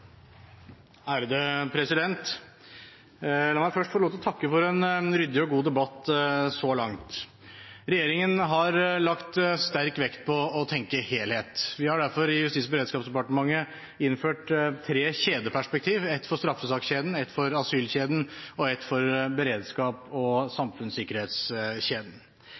god debatt så langt. Regjeringen har lagt sterk vekt på å tenke helhet. Vi har derfor i Justis- og beredskapsdepartementet innført tre kjedeperspektiv: et for straffesakskjeden, et for asylkjeden og et for beredskaps- og samfunnssikkerhetskjeden.